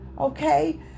Okay